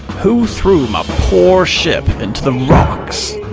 who threw my poor ship into the rocks?